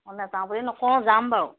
অঁ নেযাওঁ বুলি নকওঁ যাম বাৰু